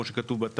כמו שכתוב בתמ"א.